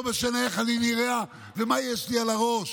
לא משנה איך אני נראה ומה יש לי על הראש.